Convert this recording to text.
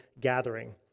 gathering